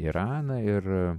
iraną ir